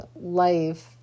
life